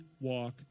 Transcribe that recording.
walk